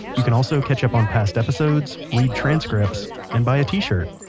you can also catch up on past episodes, read transcripts, and buy a t-shirt!